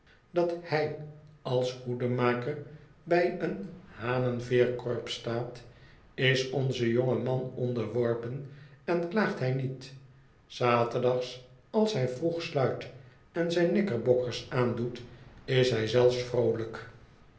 dat hij als hoedenmaker bij een hanenveerenkorps staat is onze jonge man onderworpen en klaagt hij niet s zaterdags als hij vroeg sluit en zijn knickerbookers aandoet is hij zelfs vroolijk